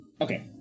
okay